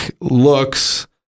looks